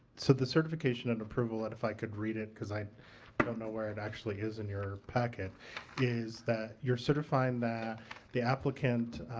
so the certification and approval and if i could read it cause i don't know where it actually is in your packet is that you're certifying that the applicant,